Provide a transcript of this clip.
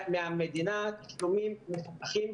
תשלומים מפוקחים.